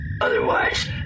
Otherwise